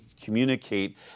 communicate